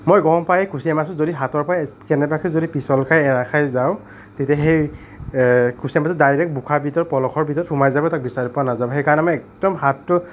মই গম পায়েই কুচীয়া মাছটো ধৰি হাতৰ পৰা কেনেবাকে যদি পিচল খাই এৰ খাই যাওঁ তেতিয়া সেই কুচীয়াটো ডাইৰেক্ট বোকাৰ ভিতৰত পলসৰ ভিতৰত সোমাই যাব তাক বিচাৰি পোৱা নাযাব সেইকাৰণে মই একদম হাতটো